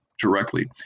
directly